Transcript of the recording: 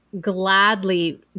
gladly